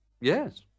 Yes